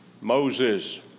Moses